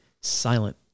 silent